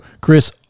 Chris